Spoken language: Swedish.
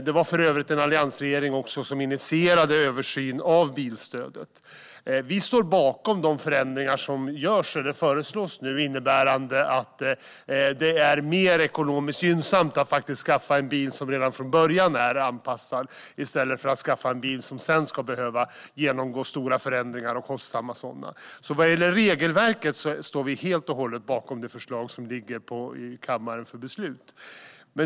Det var för övrigt en alliansregering som initierade en översyn av bilstödet. Vi står bakom de förändringar som nu föreslås, innebärande att det är mer ekonomiskt gynnsamt att skaffa en bil som redan från början är anpassad än att skaffa en bil som sedan ska behöva genomgå stora och kostsamma förändringar. Vad gäller regelverket står vi alltså helt och hållet bakom det förslag som ligger på kammarens bord för beslut.